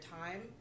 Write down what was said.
time